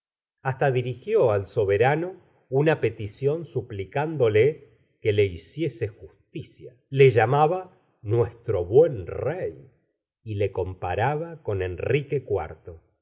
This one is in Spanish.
hasta dirigió al soberano una petición suplicándole que le hieiese justicia le llamaba nuestro buen rey y lo comparaba con enrique